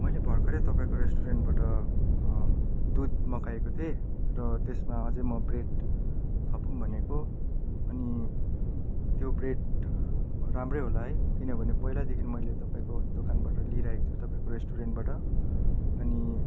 मैले भर्खर तपाईँको रेस्टुरेन्टबाट दुध मगाएको थिएँ र त्यसमा अझ म ब्रेड थपौँ भनेको अनि त्यो ब्रेड राम्रो होला है किनभने पहिलादेखि मैले तपाईँको दोकानबाट लिइरहेको छु तपाईँको रेस्टुरेन्टबाट अनि